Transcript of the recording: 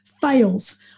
fails